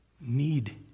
need